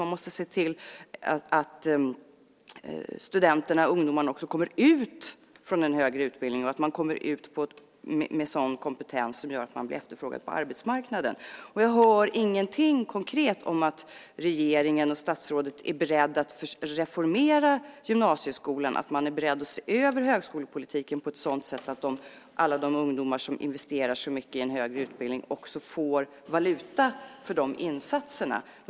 Man måste se till att ungdomarna också kommer ut från den högre utbildningen och att de kommer ut med sådan kompetens att de blir efterfrågade på arbetsmarknaden. Jag hör ingenting konkret om att regeringen och statsrådet är beredda att reformera gymnasieskolan, är beredda att se över högskolepolitiken på ett sådant sätt att alla de ungdomar som investerar så mycket i en högre utbildning också får valuta för de insatserna.